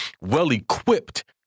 well-equipped